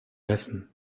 messen